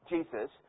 Jesus